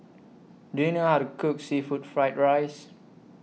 Do YOU know How to Cook Seafood Fried Rice